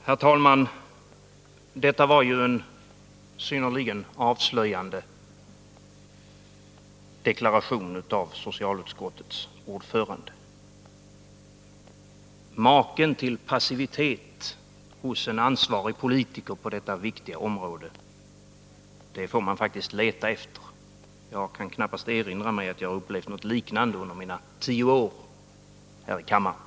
Herr talman! Detta var en synnerligen avslöjande deklaration av Onsdagen den socialutskottets ordförande. Maken till passivitet hos en ansvarig politiker på 12 november 1980 detta viktiga område får man faktiskt leta efter. Jag kan knappast erinra mig att jag har upplevt något liknande under mina tio år här i riksdagen.